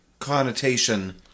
connotation